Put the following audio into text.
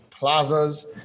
plazas